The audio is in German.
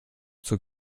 zur